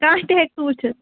کانٛہہ تہِ ہیٚکہِ سُہ وُچھِتھ